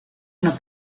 una